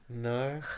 No